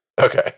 Okay